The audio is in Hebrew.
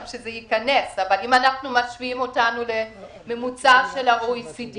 אבל אם אנחנו משווים אותנו לממוצע של ה-OECD